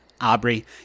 Aubrey